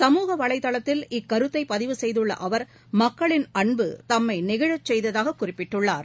சமூகவலைதளத்தில் இக்கருத்தைபதிவு செய்துள்ளஅவர் மக்களின் அன்பு தம்மைநெகிழச் செய்ததாககுறிப்பிட்டுள்ளார்